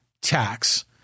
tax